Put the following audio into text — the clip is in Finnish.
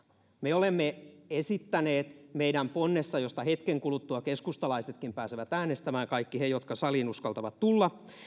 me olemme esittäneet meidän ponnessamme josta hetken kuluttua keskustalaisetkin pääsevät äänestämään kaikki he jotka saliin uskaltavat tulla